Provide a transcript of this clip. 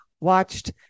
watched